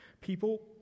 People